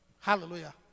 Hallelujah